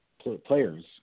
players